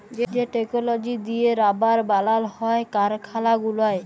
যে টেকললজি দিঁয়ে রাবার বালাল হ্যয় কারখালা গুলায়